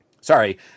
Sorry